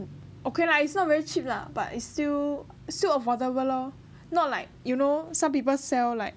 okay lah it's not very cheap lah but is still affordable lor not like you know some people sell like